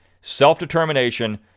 self-determination